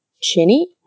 chinny